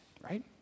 right